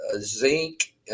zinc